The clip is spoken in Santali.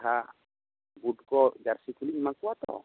ᱡᱟᱦᱟᱸ ᱵᱩᱴ ᱠᱚ ᱡᱟᱹᱨᱥᱤ ᱠᱚᱞᱤᱧ ᱮᱢᱟ ᱠᱚᱣᱟ ᱛᱳ